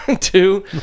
Two